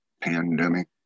pandemic